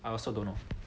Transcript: I also don't know